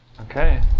Okay